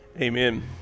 Amen